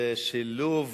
זה שילוב